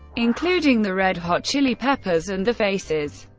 including the red hot chili peppers and the faces.